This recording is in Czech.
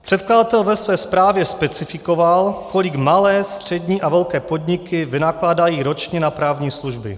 Předkladatel ve své zprávě specifikoval, kolik malé, střední a velké podniky vynakládají ročně na právní služby.